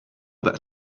that